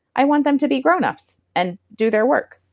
i want them to be grownups and do their work